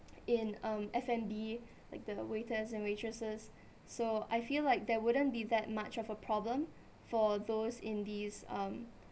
in um F&B like the waiters and waitresses so I feel like there wouldn't be that much of a problem for those in these um